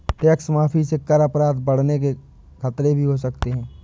tax माफी से कर अपराध बढ़ने के खतरे भी हो सकते हैं